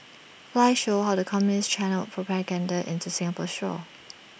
files show how the communists channelled propaganda into Singapore's shores